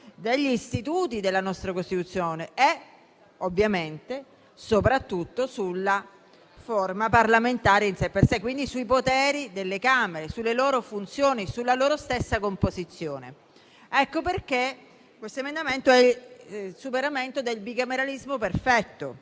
dagli istituti della nostra Costituzione e, ovviamente, soprattutto sulla forma parlamentare in sé e per sé, quindi sui poteri delle Camere, sulle loro funzioni, sulla loro stessa composizione. Pertanto, questo emendamento riguarda il superamento del bicameralismo paritario;